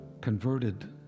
converted